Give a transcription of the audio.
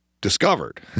discovered